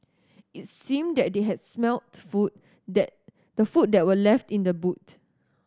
it seemed that they had smelt the food that the food that were left in the boot